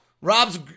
Rob's